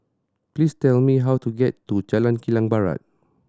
please tell me how to get to Jalan Kilang Barat